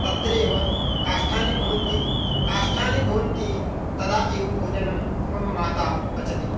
तत्रैव काष्ठानि भवन्ति काष्ठानि भवन्ति तदा एव भोजनं मम माता पचति